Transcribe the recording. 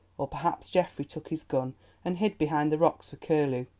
or perhaps geoffrey took his gun and hid behind the rocks for curlew,